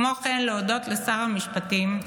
וכן להודות לשר המשפטים,